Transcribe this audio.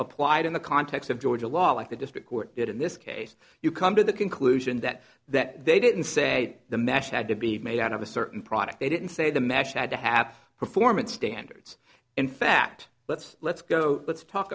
applied in the context of georgia law like the district court did in this case you come to the conclusion that that they didn't say the mesh had to be made out of a certain product they didn't say the match had to have performance standards in fact let's let's go let's talk